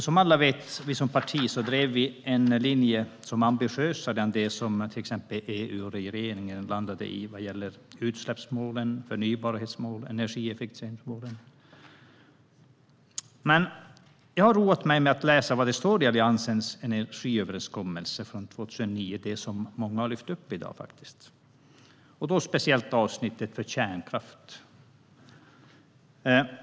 Som alla vet drev vi som parti en linje som är ambitiösare än det som till exempel EU och regeringen landade i vad gäller utsläppsmål, förnybarhetsmål och energieffektiviseringsmål. Jag har roat mig med att läsa vad det står i Alliansens energiöverenskommelse från 2009, det som många har lyft upp i dag. Jag har speciellt tittat på avsnittet om kärnkraft.